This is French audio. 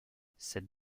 cette